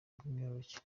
bw’imyororokere